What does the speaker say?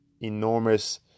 enormous